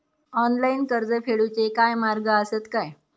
Online कर्ज फेडूचे काय मार्ग आसत काय?